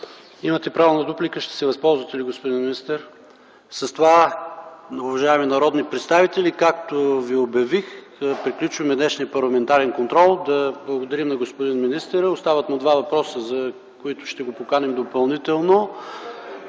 Имате право на дуплика. Ще се възползвате ли, господин министър? Не. С това, уважаеми народни представители, както ви обявих, приключваме днешния парламентарен контрол. Да благодарим на господин министъра. Остават му два въпроса, но за да отговори на тях ще го поканим допълнително.